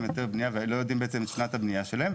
היתר בנייה ולא יודעים את שנת הבנייה שלהם.